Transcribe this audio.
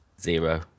Zero